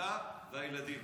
אתה והילדים